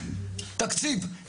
תקציב.